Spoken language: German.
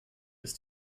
ist